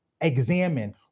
examine